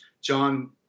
John